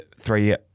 three